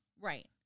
Right